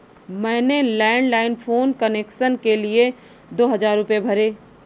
मैंने landline phone connection के लिए दो हजार रुपए भरे